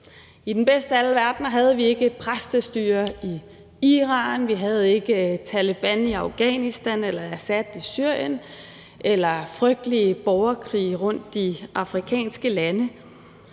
I den bedste af alle verdener havde vi ikke et præstestyre i Iran, og vi havde ikke Taleban i Afghanistan, Assad i Syrien eller frygtelige borgerkrige rundtomkring i afrikanske lande.